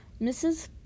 Mrs